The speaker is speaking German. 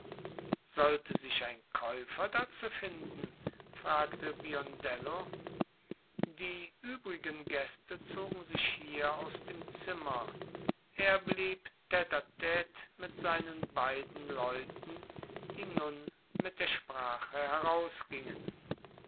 sollte sich ein käufer dazu finden fragte biondello die übrigen gäste zogen sich hier aus dem zimmer er blieb tte tte mit seinen beiden leuten die nun mit der sprache herausgingen